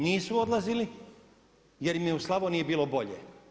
Nisu odlazili jer im je u Slavoniji bilo bolje.